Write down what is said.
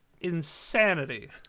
insanity